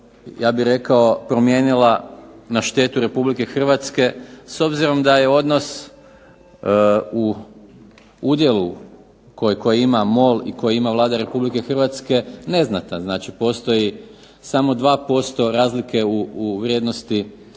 prava promijenila na štetu Republike Hrvatske s obzirom da je odnos u udjelu koji ima MOL i koji ima Vlada Republike Hrvatske neznatan postoji samoi 2% razlika u vrijednosti